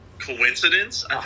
coincidence